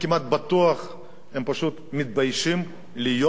הם פשוט מתביישים להיות פה ולשמוע את זה.